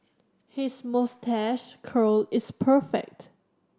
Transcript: his moustache curl is perfect